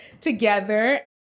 together